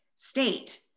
state